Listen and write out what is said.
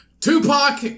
Tupac